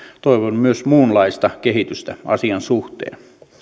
toivon myös muunlaista kehitystä asian suhteen